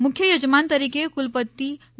મુખ્ય યજમાન તરીકે કુલપતિ ડો